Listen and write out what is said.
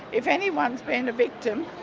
if anyone's been a victim,